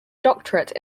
doctorate